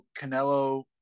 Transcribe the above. Canelo